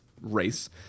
race